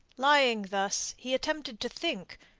lying thus, he attempted to think,